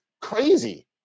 crazy